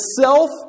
self